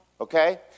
Okay